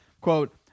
quote